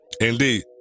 Indeed